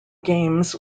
games